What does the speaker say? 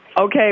Okay